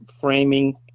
framing